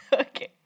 Okay